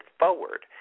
forward